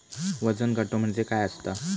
वजन काटो म्हणजे काय असता?